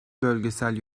bölgesel